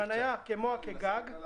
שחנייה כמוה כגג --- אתה חייב להיות נגד?